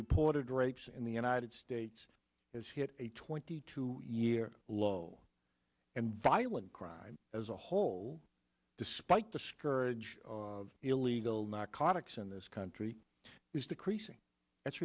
reported rapes in the united states has hit a twenty two year low and violent crime as a whole despite the scourge of illegal narcotics in this country is decreasing that's